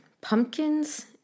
Pumpkins